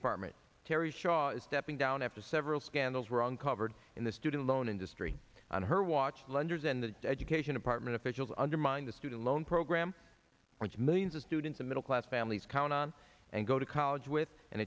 department terry shaw is stepping down after several scandals were uncovered in the student loan industry on her watch lenders and the education department officials undermined the student loan program once millions of students a middle class families count on and go to college with and